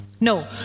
No